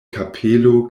kapelo